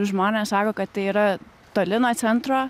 žmonės sako kad tai yra toli nuo centro